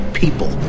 people